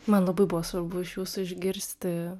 man labai buvo svarbu iš jūsų išgirsti